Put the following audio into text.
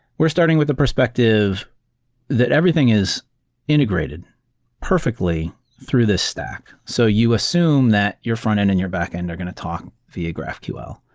we're starting with the perspective that everything is integrated perfectly through this stack. so you assume that your frontend and your backend are going to talk via graphql.